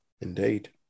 Indeed